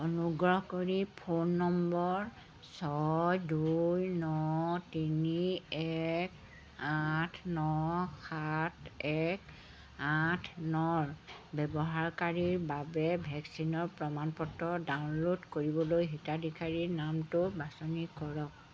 অনুগ্ৰহ কৰি phone number ছয় দুই ন তিনি এক আঠ ন সাত এক আঠ নৰ ব্যৱহাৰকাৰীৰ বাবে ভেকচিনৰ প্ৰমাণ পত্ৰ ডাউনলোড কৰিবলৈ হিতাধিকাৰীৰ নামটো বাছনি কৰক